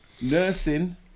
nursing